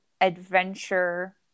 adventure